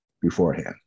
beforehand